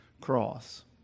cross